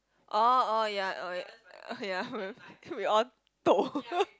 orh orh ya oh ya oh ya we all toh